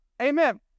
Amen